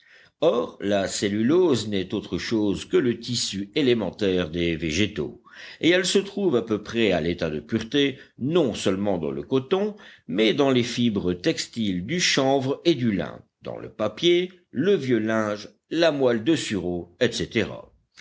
or la cellulose n'est autre chose que le tissu élémentaire des végétaux et elle se trouve à peu près à l'état de pureté non seulement dans le coton mais dans les fibres textiles du chanvre et du lin dans le papier le vieux linge la moelle de sureau etc